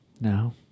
No